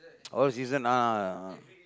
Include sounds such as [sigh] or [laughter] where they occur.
[noise] all season ah ah